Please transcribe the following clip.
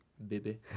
Baby